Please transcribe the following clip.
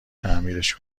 تعمیرش